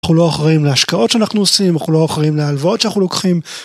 אנחנו לא אחראים להשקעות שאנחנו עושים, אנחנו לא אחראים להלוואות שאנחנו לוקחים.